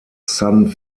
san